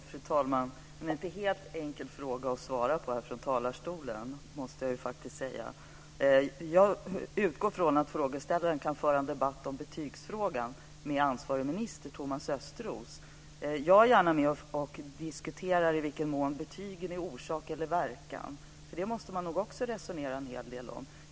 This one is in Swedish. Fru talman! Det är en inte helt enkel fråga att svara på här från talarstolen, måste jag faktiskt säga. Jag utgår från att frågeställaren kan föra en debatt om betygsfrågan med ansvarig minister, Thomas Östros. Men jag är gärna med och diskuterar i vilken mån betygen är orsak eller verkan, för det måste man nog också resonera en hel del om.